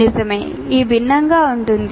నిజమే ఇది భిన్నంగా ఉంటుంది